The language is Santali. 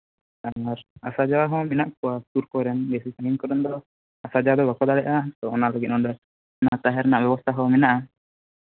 ᱟᱨ ᱟᱥᱟ ᱡᱟᱣᱟ ᱦᱚᱸ ᱢᱮᱱᱟᱜ ᱠᱚᱣᱟ ᱥᱩᱨ ᱠᱚᱨᱮᱱ ᱥᱟᱺᱜᱤᱧ ᱠᱚᱨᱮᱱ ᱫᱚ ᱟᱥᱟ ᱡᱟᱣᱟ ᱫᱚ ᱵᱟᱠᱚ ᱫᱟᱲᱮᱭᱟᱜᱼᱟ ᱚᱱᱟ ᱞᱟᱹᱜᱤᱫ ᱱᱚᱰᱮ ᱛᱟᱦᱮᱱ ᱨᱮᱱᱟᱜ ᱵᱮᱵᱚᱥᱛᱷᱟ ᱦᱚᱸ ᱢᱮᱱᱟᱜᱼᱟ